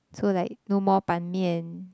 so like no more Ban-Mian